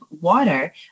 water